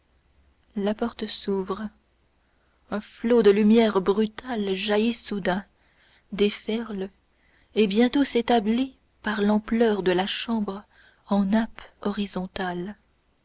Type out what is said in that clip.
la porte s'ouvre un flot de lumière brutale jaillit soudain déferle et bientôt s'établit par l'ampleur de la chambre en nappe horizontale